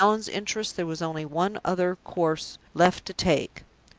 in allan's interests there was only one other course left to take.